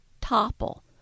topple